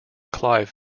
clive